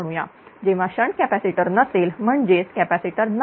जेव्हा shunt capacitor नसेल म्हणजेच कॅपॅसिटर नसताना